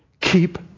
keep